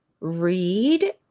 read